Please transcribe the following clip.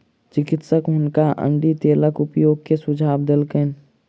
चिकित्सक हुनका अण्डी तेलक उपयोग के सुझाव देलकैन